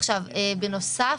בנוסף,